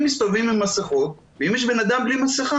מסתובבים עם מסכות ואם יש בן אדם בלי מסכה,